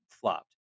flopped